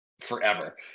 forever